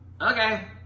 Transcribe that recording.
okay